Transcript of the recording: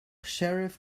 sheriff